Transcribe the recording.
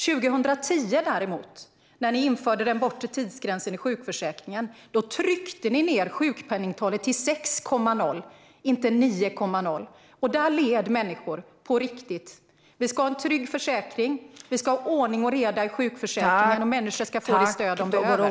År 2010 däremot, när ni införde den bortre tidsgränsen i sjukförsäkringen, tryckte ni ned sjukpenningtalen till 6,0, inte 9,0. Då led människor på riktigt. Vi ska ha en trygg försäkring, vi ska ha ordning och reda i sjukförsäkringen och människor ska få det stöd de behöver.